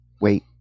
Wait